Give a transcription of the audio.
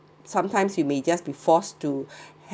sometimes you may just be forced to